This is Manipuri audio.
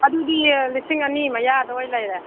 ꯑꯗꯨꯗꯤ ꯂꯤꯁꯤꯡ ꯑꯅꯤ ꯃꯌꯥ ꯑꯗꯨꯋꯥꯏ ꯂꯩꯔꯦ